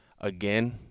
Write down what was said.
again